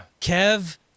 kev